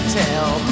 tell